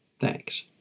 Thanks